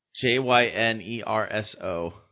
j-y-n-e-r-s-o